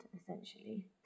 essentially